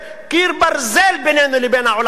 קיר ברזל בינינו לבין העולם הערבי.